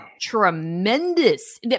tremendous